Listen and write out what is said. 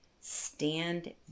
stand